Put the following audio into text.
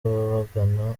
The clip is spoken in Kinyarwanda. ababagana